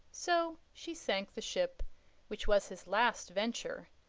so she sank the ship which was his last venture,